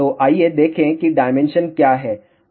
तो आइए देखें कि डायमेंशन क्या हैं